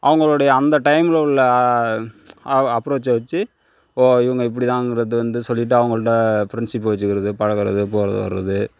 அவங்களுடைய அந்த டைமில் உள்ள அ அப்ரோச்சை வச்சு ஓ இவங்க இப்படிதான்கிறது வந்து சொல்லிட்டு அவர்கள்ட ஃப்ரெண்ட்ஸ்ஷிப் வச்சுக்கிறது பழகுகிறது போகிறது வரது